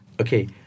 Okay